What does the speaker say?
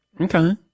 Okay